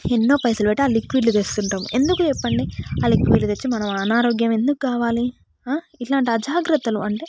ఎన్నో పైసలు పెట్టి ఆ లిక్విడ్లు తీసుకుంటాం ఎందుకు చెప్పండి లిక్విడ్లు తెచ్చి మన అనారోగ్యం ఎందుకు కావాలి ఇలాంటి అజాగ్రత్తలు అంటే